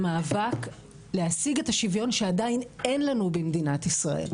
במאבק להשיג את השוויון שעדיין אין לנו במדינת ישראל,